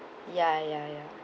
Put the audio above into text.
ya ya ya